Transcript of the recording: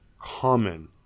common